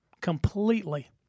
completely